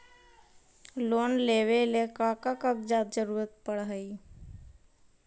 Loan लेवेला का का कागजात जरूरत पड़ हइ?